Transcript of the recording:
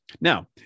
Now